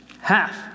half